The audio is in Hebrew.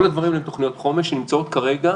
כל הדברים האלה הן תוכניות חומש שנמצאות כרגע,